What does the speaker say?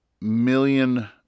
million